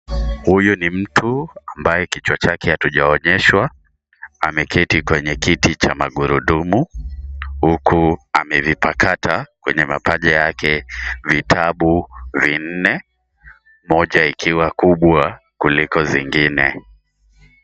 Huyu ni mtu ambaye kichwa chake hatujaonyeshwa, ameketi kwenye kiti cha magurudumu huku amevipakata Kwenye mapaja yake vitabu vinne, mona ikiwa kubwa kuliko zingine.